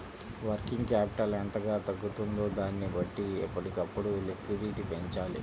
working capital ఎంతగా తగ్గుతుందో దానిని బట్టి ఎప్పటికప్పుడు లిక్విడిటీ పెంచాలి